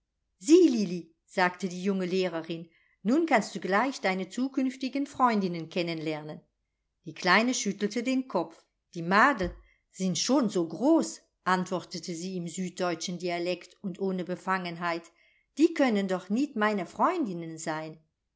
sieh lilli sagte die junge lehrerin nun kannst du gleich deine zukünftigen freundinnen kennen lernen die kleine schüttelte den kopf die madel sind schon so groß antwortete sie im süddeutschen dialekt und ohne befangenheit die können doch nit meine freundinnen sein